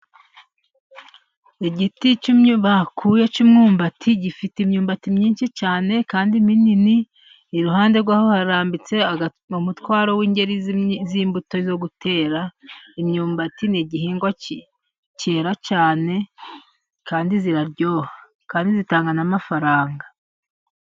Igiti bakuye cy'imyumbati gifite imyumbati myinshi cyane kandi minini, iruhande rw'aho harambitse umutwaro w'ingeri z'imbuto zo gutera. Imyumbati ni igihingwa cyera cyane kandi ziraryoha, kandi zitanga namafaranga.